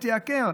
תייקר.